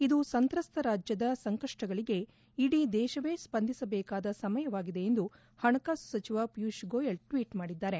ಇದು ಸಂತ್ರಸ್ತ ರಾಜ್ವದ ಸಂಕಷ್ಟಗಳಿಗೆ ಇಡೀ ದೇಶವೇ ಸ್ವಂದಿಸಬೇಕಾದ ಸಮಯವಾಗಿದೆ ಎಂದು ಹಣಕಾಸು ಸಚಿವ ಪಿಯೂಷ್ ಗೋಯಲ್ ಟ್ನೀಟ್ ಮಾಡಿದ್ದಾರೆ